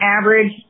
average